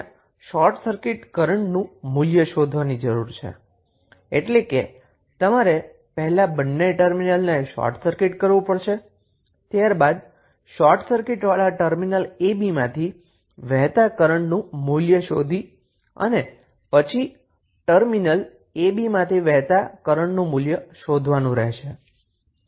હવે તમારે short circuit કરન્ટનું મૂલ્ય શોધવાની જરૂર છે એટલે કે તમારે પહેલા બંને ટર્મિનલને શોર્ટ સર્કિટ કરવું પડશે ત્યારબાદ શોર્ટ સર્કિટવાળા ટર્મિનલ ab માંથી વહેતા કરન્ટનું મૂલ્ય શોધવાનું રહેશે